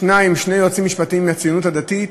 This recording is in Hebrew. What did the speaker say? שניים, שני יועצים משפטיים מהציונות הדתית: